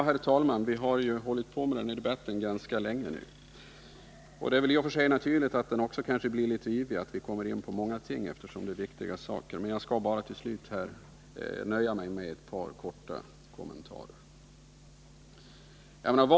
Herr talman! Den här debatten har pågått ganska länge, och det är i och för sig naturligt att den blir litet yvig och att vi kommer in på många ting. Jag skall nöja mig med att till slut göra ett par korta kommentarer.